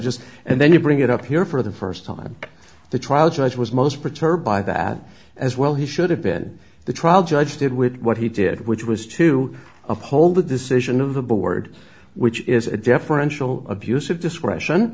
judges and then you bring it up here for the first time the trial judge was most perturbed by that as well he should have been the trial judge did with what he did which was to uphold the decision of the board which is a deferential abuse of discretion